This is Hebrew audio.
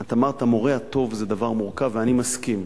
את אמרת: המורה הטוב זה דבר מורכב, ואני מסכים.